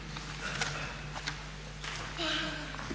Hvala.